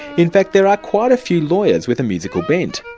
in fact there are quite a few lawyers with a musical bent.